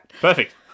Perfect